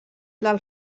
dels